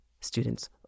students